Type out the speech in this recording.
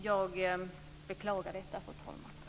Jag beklagar detta, fru talman.